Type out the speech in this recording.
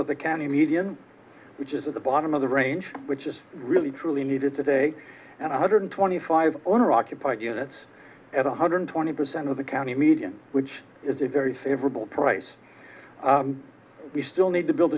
of the county median which is at the bottom of the range which is really truly needed today and one hundred twenty five owner occupied units at one hundred twenty percent of the county median which is a very favorable price we still need to build